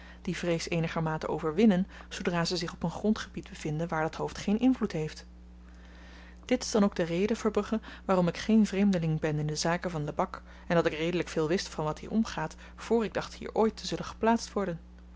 die vrees eenigermate overwinnen zoodra ze zich op een grondgebied bevinden waar dat hoofd geen invloed heeft dit is dan ook de reden verbrugge waarom ik geen vreemdeling ben in de zaken van lebak en dat ik redelyk veel wist van wat hier omgaat voor ik dacht hier ooit te zullen geplaatst worden